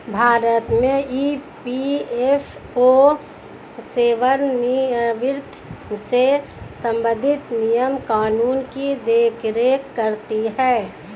भारत में ई.पी.एफ.ओ सेवानिवृत्त से संबंधित नियम कानून की देख रेख करती हैं